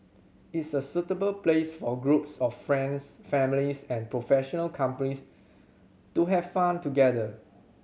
it's a suitable place for groups of friends families and professional companies to have fun together